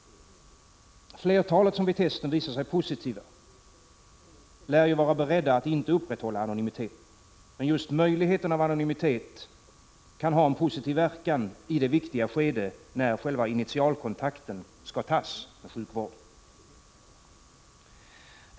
Flertalet av dem vars test ger positivt utslag lär vara beredda att inte upprätthålla anonymiteten. Men just möjligheten till anonymitet kan ha en positiv verkan i det viktiga skede när initialkontakten skall tas med sjukvården.